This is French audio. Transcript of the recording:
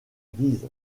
guise